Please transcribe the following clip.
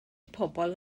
pobl